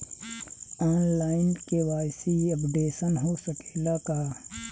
आन line KYC updation हो सकेला का?